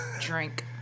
Drink